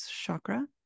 chakra